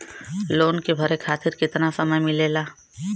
Loan के भरे खातिर कितना समय मिलेला?